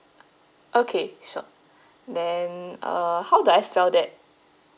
okay sure then err how do I spell that